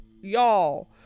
y'all